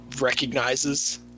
recognizes